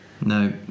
No